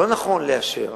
לא נכון לאשר